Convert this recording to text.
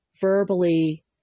verbally